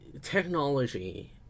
Technology